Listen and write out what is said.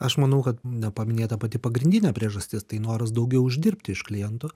aš manau kad nepaminėta pati pagrindinė priežastis tai noras daugiau uždirbti iš klientų